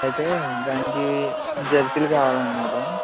అయితే దానికి జెర్సీలు కావాలనమాట